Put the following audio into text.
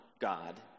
God